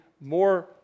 more